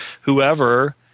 whoever